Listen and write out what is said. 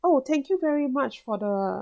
oh thank you very much for the